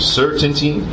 certainty